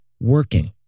working